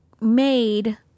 made